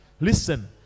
Listen